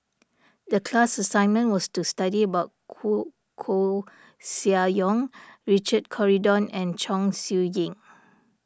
the class assignment was to study about Koeh Koeh Sia Yong Richard Corridon and Chong Siew Ying